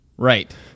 Right